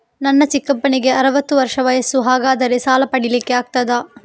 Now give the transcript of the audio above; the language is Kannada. ನನ್ನ ಚಿಕ್ಕಪ್ಪನಿಗೆ ಅರವತ್ತು ವರ್ಷ ವಯಸ್ಸು, ಹಾಗಾದರೆ ಸಾಲ ಪಡೆಲಿಕ್ಕೆ ಆಗ್ತದ?